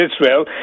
Israel